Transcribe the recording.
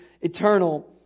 eternal